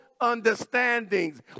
understandings